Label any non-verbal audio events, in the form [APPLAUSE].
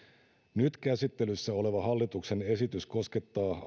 nyt käsittelyssä oleva hallituksen esitys koskettaa [UNINTELLIGIBLE]